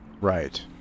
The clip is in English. Right